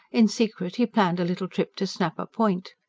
in secret he planned a little trip to schnapper point.